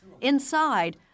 Inside